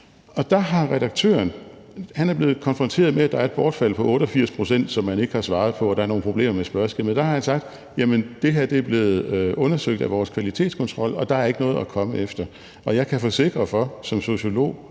Der er redaktøren blevet konfronteret med, at der er et bortfald på 88 pct., som man ikke har svaret på, og at der er nogle problemer med spørgeskemaet. Der har han sagt, at det er blevet undersøgt af vores kvalitetskontrol, og at der ikke er noget at komme efter. Jeg kan som sociolog